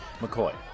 McCoy